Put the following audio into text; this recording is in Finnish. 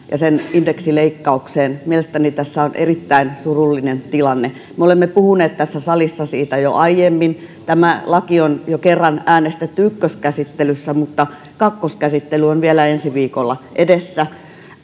ja sen indeksileikkaukseen mielestäni tässä on erittäin surullinen tilanne me olemme puhuneet tässä salissa siitä jo aiemmin tämä laki on jo kerran äänestetty ykköskäsittelyssä mutta kakkoskäsittely on vielä ensi viikolla edessä